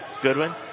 Goodwin